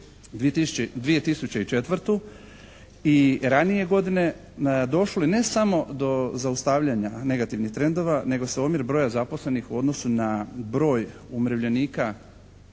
2004. i ranije godine došlo je ne samo do zaustavljanja negativnih trendova nego se omjer broja zaposlenih u odnosu na broj umirovljenika